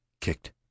kicked